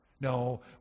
No